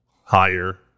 higher